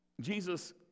Jesus